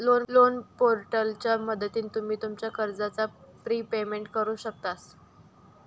loan पोर्टलच्या मदतीन तुम्ही तुमच्या कर्जाचा प्रिपेमेंट करु शकतास